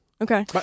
Okay